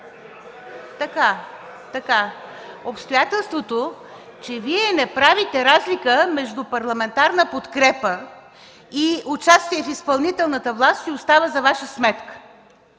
така! Обстоятелството, че Вие не правите разлика между парламентарна подкрепа и участие в изпълнителната власт, си остава за Ваша сметка.